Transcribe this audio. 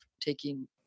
taking